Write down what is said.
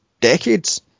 decades